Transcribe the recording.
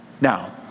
Now